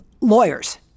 lawyers